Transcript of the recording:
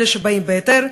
אלה שבאים בהיתר,